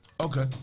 Okay